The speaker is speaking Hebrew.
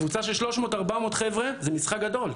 קבוצה של 400-300 חבר'ה זה משחק גדול,